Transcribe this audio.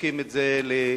מספקים את זה לבעלי-חיים,